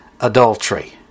adultery